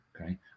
Okay